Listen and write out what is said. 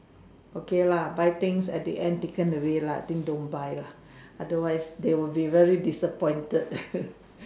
okay lah buy things at the end taken away lah I think don't buy lah otherwise they will be very disappointed